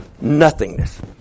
nothingness